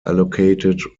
allocated